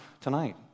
tonight